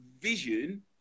vision